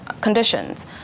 conditions